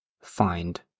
find